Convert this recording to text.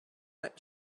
that